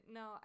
no